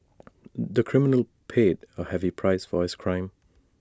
the criminal paid A heavy price for his crime